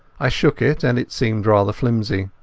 i shook it, and it seemed rather flimsy.